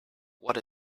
what